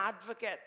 advocate